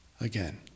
Again